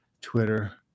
Twitter